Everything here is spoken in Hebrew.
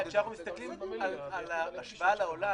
כשאנחנו מסתכלים על השוואה לעולם,